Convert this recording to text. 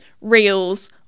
reels